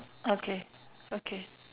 okay okay